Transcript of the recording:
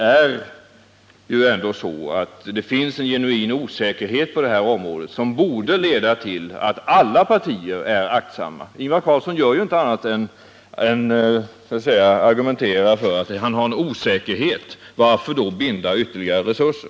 Det är ändå så att det finns en genuin osäkerhet på detta område som borde leda till att alla partier är aktsamma. Ingvar Carlsson gör ju inte annat än argumenterar för denna osäkerhet. Varför då binda ytterligare resurser?